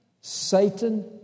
Satan